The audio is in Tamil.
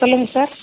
சொல்லுங்கள் சார்